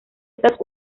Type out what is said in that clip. estas